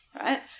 right